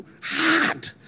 hard